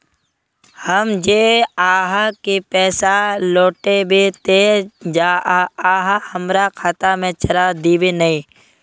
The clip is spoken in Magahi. हम जे आहाँ के पैसा लौटैबे ते आहाँ हमरा खाता में चढ़ा देबे नय?